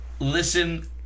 Listen